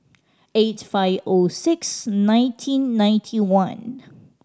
eight five O six nineteen ninety one